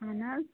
اہن حظ